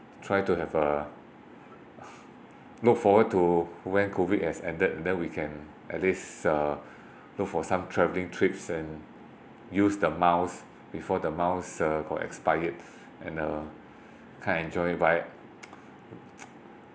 try to have uh look forward to when COVID has ended and then we can at least uh look for some travelling trips and use the miles before the miles uh got expired and uh can't enjoy it but I